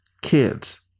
kids